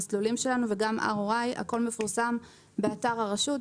למסלולים שלנו, הכול מפורסם באתר הרשות.